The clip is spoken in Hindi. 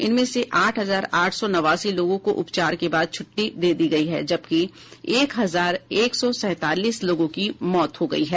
इनमें से आठ हजार आठ सौ नवासी लोगों को उपचार के बाद छुट्टी दे दी गई है जबकि एक हजार एक सौ सैंतालीस लोगों की मौत हो गई है